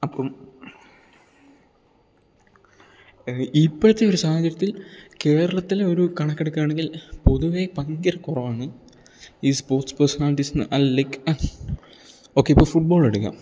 അപ്പം ഇപ്പോഴത്തെ ഒരു സാഹചര്യത്തിൽ കേരളത്തിലെ ഒരു കണക്കെടുക്കുകയാണെങ്കിൽ പൊതുവേ ഭയങ്കര കുറവാണ് ഈ സ്പോർട്സ് പേഴ്സണാലിറ്റീസ് ലൈക്ക് ഓക്കെ ഇപ്പോൾ ഫുട്ബോൾ എടുക്കാം